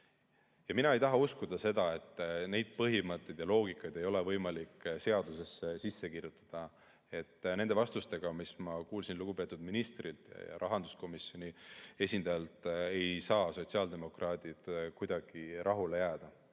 Mina ei taha uskuda, et neid põhimõtteid ja seda loogikat ei ole võimalik seadusesse sisse kirjutada. Nende vastustega, mis ma kuulsin lugupeetud ministrilt ja rahanduskomisjoni esindajalt, ei saa sotsiaaldemokraadid kuidagi rahule jääda.